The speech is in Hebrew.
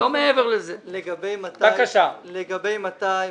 לגבי מתי,